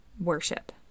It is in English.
worship